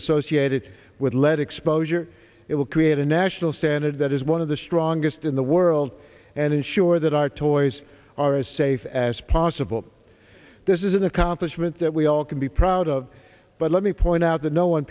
associated with lead exposure it will create a national standard that is one of the strongest in the world and ensure that our toys are as safe as possible this is an accomplishment that we all can be proud of but let me point out that no one